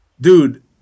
Dude